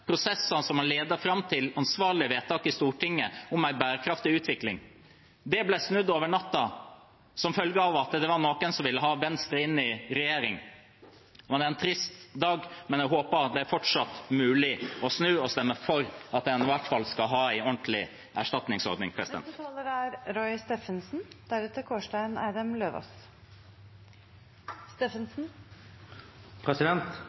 prosesser som har ledet fram til ansvarlige vedtak i Stortinget om en bærekraftig utvikling. Det ble snudd over natten som følge av at det var noen som ville ha Venstre inn i regjering. Dette er en trist dag, men jeg håper at det fortsatt er mulig å snu og stemme for at en i hvert fall skal ha en ordentlig erstatningsordning.